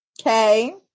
okay